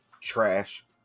trash